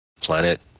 planet